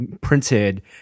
printed